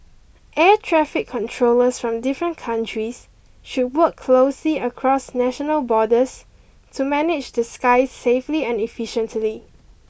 air traffic controllers from different countries should work closely across national borders to manage the skies safely and efficiently